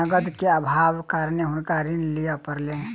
नकद के अभावक कारणेँ हुनका ऋण लिअ पड़लैन